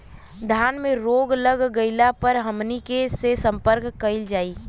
धान में रोग लग गईला पर हमनी के से संपर्क कईल जाई?